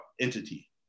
entity